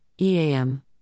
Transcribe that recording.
eam